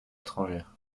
étrangère